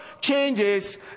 changes